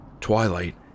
Twilight